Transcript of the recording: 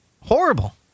horrible